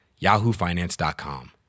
yahoofinance.com